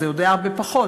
אז זה עוד היה הרבה פחות,